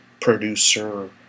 producer